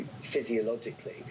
physiologically